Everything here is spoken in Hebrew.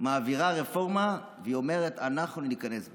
מעבירה רפורמה, והיא אומרת: אנחנו ניכנס בהם.